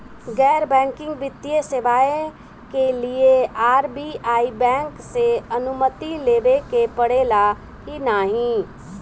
गैर बैंकिंग वित्तीय सेवाएं के लिए आर.बी.आई बैंक से अनुमती लेवे के पड़े ला की नाहीं?